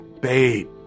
Babe